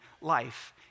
life